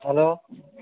hello